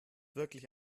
wirklich